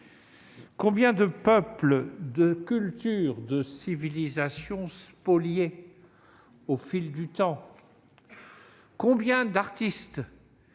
Combien de peuples, de cultures, de civilisations ont été spoliés au fil du temps ? Combien d'oeuvres